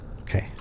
Okay